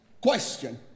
Question